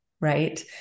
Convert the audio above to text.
right